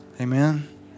amen